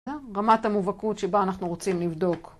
רמת המובהקות שבה אנחנו רוצים לבדוק.